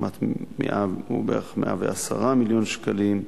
בערך 110 מיליון שקלים,